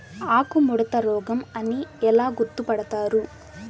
ఆకుముడత రోగం అని ఎలా గుర్తుపడతారు?